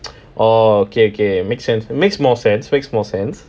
orh okay okay makes sense makes more sense makes more sense